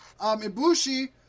Ibushi